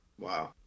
Wow